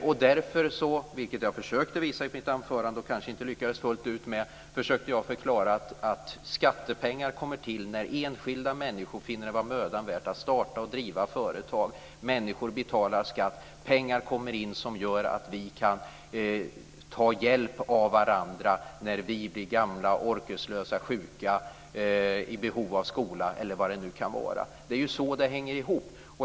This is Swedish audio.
Jag försökte förklara i mitt anförande, men lyckades kanske inte fullt ut, att skattepengar kommer till när enskilda människor finner det vara mödan värt att starta och driva företag, människor betalar skatt och pengar kommer in som gör att vi kan ta hjälp av varandra när vi blir gamla, orkeslösa, sjuka, i behov av skola eller vad det nu kan vara. Det är ju så det hänger ihop.